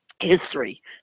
history